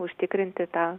užtikrinti tą